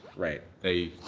right they.